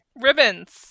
Ribbons